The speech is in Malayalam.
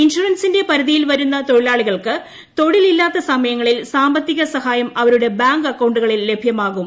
ഇൻഷുറൻസിന്റെ പരിധിയിൽ വരുന്ന തൊഴിലാളികൾക്ക് തൊഴിലില്ലാത്ത സമയങ്ങളിൽ സാമ്പത്തിക സഹായം അവരുടെ ബാങ്ക് അക്കൌണ്ടുകളിൽ ലഭ്യമാകും